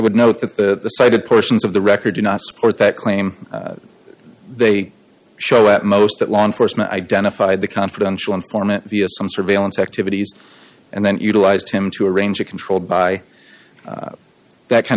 would note that the cited portions of the record do not support that claim they show at most that law enforcement identified the confidential informant via some surveillance activities and then utilized him to arrange a controlled by that kind